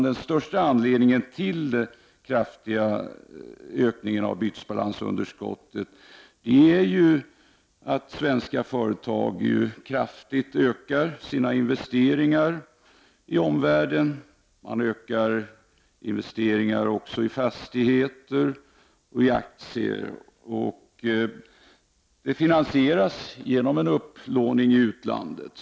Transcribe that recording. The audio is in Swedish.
Den största anledningen till den kraftiga ökningen av bytesbalansunderskottet är att svenska företag kraftigt ökar sina investeringar i omvärlden. De ökar investeringarna också i fastigheter och i aktier, och detta finansieras genom upplåning i utlandet.